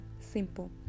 simple